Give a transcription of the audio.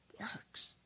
works